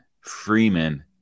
Freeman